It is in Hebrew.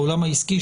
בעולם העסקי,